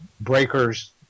breakers